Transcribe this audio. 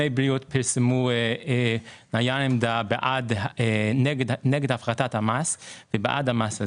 פרסמו נייר עמדה נגד הפחתת המס ובעד המס הזה.